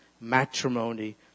matrimony